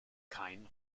kein